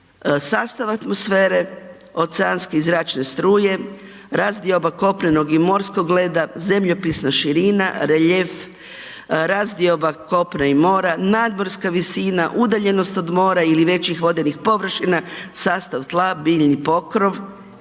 Sastav atmosfere, oceanske i zračne struje, razdioba kopnenog i morskog leda, zemljopisna širina, reljef, razdioba kopna i mora, nadmorska visina, udaljenost od mora ili većih vodenih površina, sastav tla, biljni pokrov,